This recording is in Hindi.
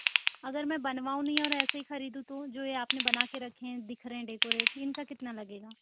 अगर मैं बनवाऊँ नहीं और ऐसे ही खरीदूँ तो जो ये आप ने बना के रखें हैं दिख रहें हैं डेकोरेट इनका कितना लगेगा